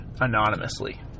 anonymously